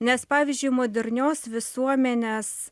nes pavyzdžiui modernios visuomenės